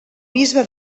bisbe